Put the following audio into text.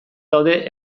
daude